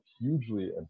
hugely